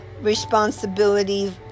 responsibility